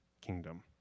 kingdom